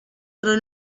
però